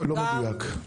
לא מדויק.